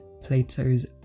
Plato's